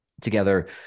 together